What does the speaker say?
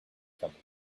coming